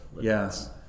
Yes